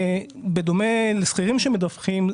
בדומה לשכירים שמדווחים,